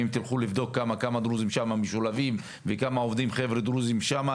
אם תלכו לבדוק כמה דרוזים שם משולבים וכמה עובדים חבר'ה דרוזים שם,